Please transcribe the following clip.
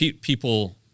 people